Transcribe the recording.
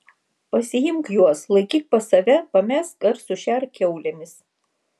pasiimk juos laikyk pas save pamesk ar sušerk kiaulėmis